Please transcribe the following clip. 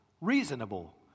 reasonable